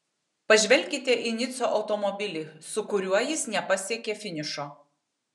pažvelkite į nico automobilį su kuriuo jis nepasiekė finišo